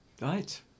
Right